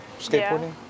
skateboarding